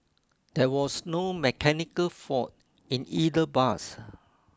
there was no mechanical fault in either bus